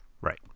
Right